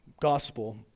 gospel